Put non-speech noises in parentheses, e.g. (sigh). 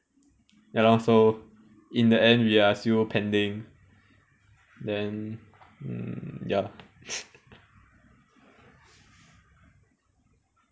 ya lor so in the end we are still pending then mm ya (laughs)